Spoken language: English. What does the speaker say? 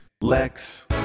Lex